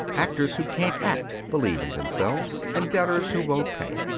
actors who can't act believe in themselves and debtors who won't pay.